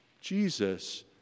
Jesus